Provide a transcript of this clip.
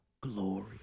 glory